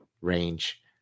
Range